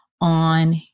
on